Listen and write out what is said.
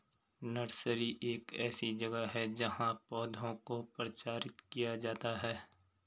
nursery एक ऐसी जगह है जहां पौधों को प्रचारित किया जाता है